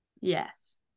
Yes